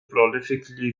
prolifically